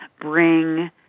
bring